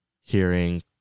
Hearing